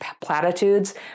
platitudes